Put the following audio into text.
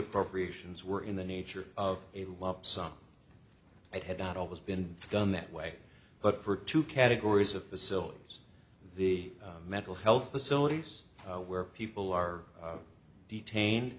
appropriations were in the nature of a lump sum it had not always been done that way but for two categories of facilities the mental health facilities where people are detain